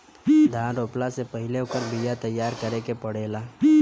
धान रोपला से पहिले ओकर बिया तैयार करे के पड़ेला